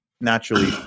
naturally